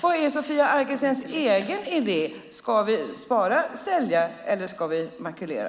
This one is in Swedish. Vad är Sofia Arkelstens egen idé? Ska vi spara, sälja eller makulera?